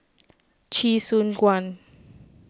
Chee Soon Juan